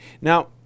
Now